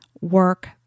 work